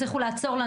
ומבקשים עזרה.